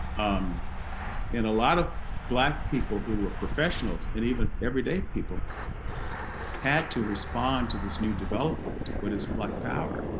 um and a lot of black people who were professionals and even everyday people had to respond to this new development what is black power?